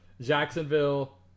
Jacksonville